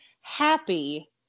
happy